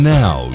now